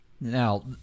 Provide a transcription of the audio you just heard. now